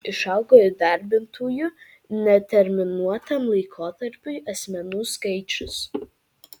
išaugo įdarbintųjų neterminuotam laikotarpiui asmenų skaičius